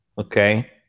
Okay